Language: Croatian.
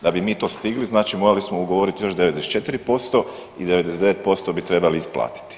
Da bi mi to stigli, znači morali smo ugovoriti još 94% i 99% bi trebali isplatiti.